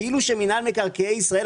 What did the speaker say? כאילו שמינהל מקרקעי ישראל,